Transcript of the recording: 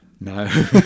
No